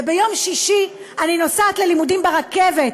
וביום שישי אני נוסעת ללימודים ברכבת,